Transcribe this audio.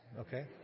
okay